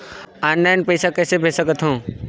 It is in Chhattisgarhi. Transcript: ऑनलाइन पइसा कइसे भेज सकत हो?